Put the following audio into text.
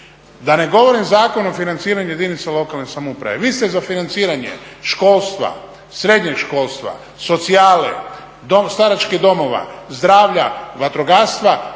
Da ne govorim Zakon o financiranju jedinica lokalne samouprave. Vi ste za financiranje školstva, srednjeg školstva, socijale, staračkih domova, zdravlja, vatrogastva